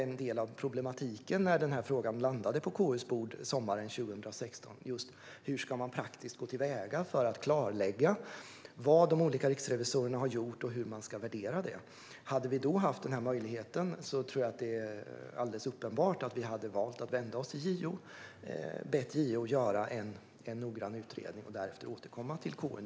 En del av problematiken när den här frågan landade på KU:s bord sommaren 2016 var ju hur man praktiskt skulle gå till väga för att klarlägga vad de olika riksrevisorerna har gjort och hur det ska värderas. Hade vi då haft den möjligheten är det uppenbart att vi skulle ha valt att vända oss till JO och bett JO att göra en noggrann utredning och därefter återkomma till KU.